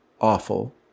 awful